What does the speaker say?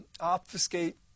obfuscate